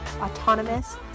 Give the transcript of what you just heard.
autonomous